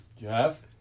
Jeff